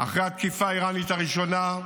אחרי התקיפה האיראנית הראשונה,